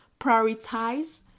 prioritize